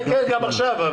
גם עכשיו.